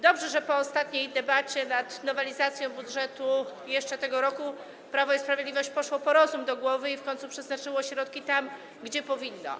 Dobrze, że po ostatniej debacie nad nowelizacją budżetu na jeszcze ten rok Prawo i Sprawiedliwość poszło po rozum do głowy i w końcu przeznaczyło środki tam, gdzie powinno.